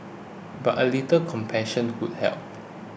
but a little compassion would help